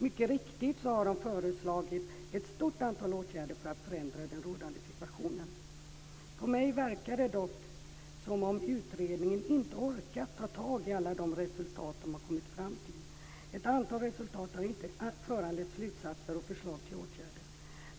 Mycket riktigt har de föreslagit ett stort antal åtgärder för att förändra den rådande situationen. På mig verkar det dock som om utredningen inte orkat ta tag i alla de resultat de har kommit fram till. Ett antal resultat har inte föranlett slutsatser och förslag till åtgärder.